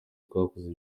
twakoze